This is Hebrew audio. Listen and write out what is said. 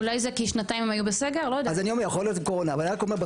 יכול להיות שבגלל הקורונה.